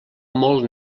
molt